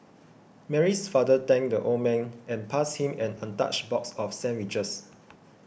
Mary's father thanked the old man and passed him an untouched box of sandwiches